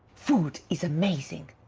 food is amazing!